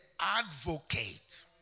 advocate